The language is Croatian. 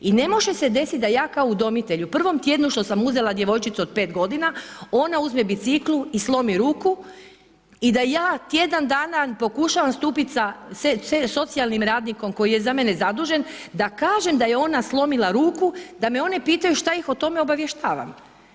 I ne može se desiti da ja kao udomitelju, prvom tjednu što sam uzela djevojčicu od 5 godina ona uzme bicikl i slomi ruku i da ja tjedan dana pokušavam stupiti sa socijalnim radnikom koji je za mene zadužen, da kažem da je ona slomila ruku, da me oni pitaju šta ih o tome obavještavam.